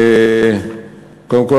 קודם כול,